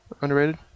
Underrated